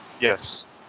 Yes